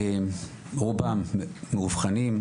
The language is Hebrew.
רובם מאובחנים,